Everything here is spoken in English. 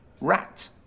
rat